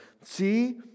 see